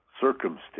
circumstance